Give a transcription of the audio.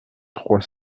trois